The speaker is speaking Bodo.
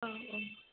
औ औ